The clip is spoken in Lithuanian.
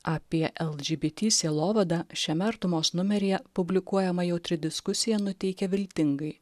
apie eldžibity sielovadą šiame artumos numeryje publikuojama jautri diskusija nuteikia viltingai